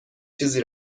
چیزی